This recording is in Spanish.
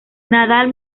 nadal